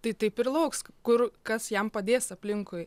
tai taip ir lauks kur kas jam padės aplinkui